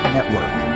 Network